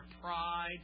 pride